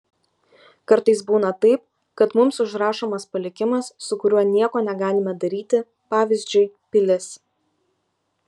kartais būna taip kad mums užrašomas palikimas su kuriuo nieko negalime daryti pavyzdžiui pilis